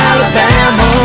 Alabama